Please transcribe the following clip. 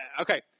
okay